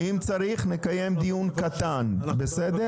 אם צריך, נקיים דיון קטן בסדר?